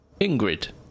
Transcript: Ingrid